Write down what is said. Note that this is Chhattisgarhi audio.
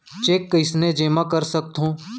चेक कईसने जेमा कर सकथो?